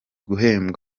guhembwa